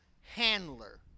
handler